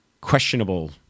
questionable